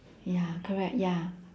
ya correct ya